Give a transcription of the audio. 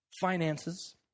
finances